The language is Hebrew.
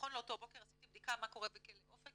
ונכון לאותו בוקר עשיתי בדיקה מה קורה בכלא אופק,